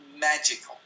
magical